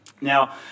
Now